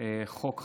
חוק חשוב,